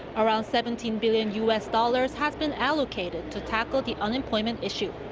around seventeen billion u s. dollars has been allocated to tackle the unemployment issue.